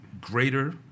greater